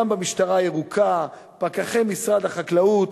גם המשטרה הירוקה ופקחי משרד החקלאות,